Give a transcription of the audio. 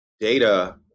data